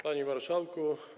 Panie Marszałku!